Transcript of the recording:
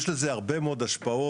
יש לזה הרבה מאוד השפעות.